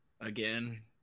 Again